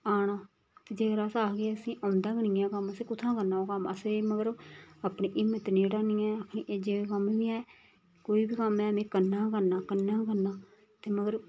आना ते जेकर अस आखगे असें औंदा गै नी एह् कम्म असें कुत्थां करना ओह् कम्म असें मगर अपनी हिम्मत नेईं राह्नी ऐ अपने जे कम्म ऐ कोई बी कम्म ऐ में करना गै करना करना गै करना ते मगर